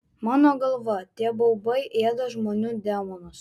mano galva tie baubai ėda žmonių demonus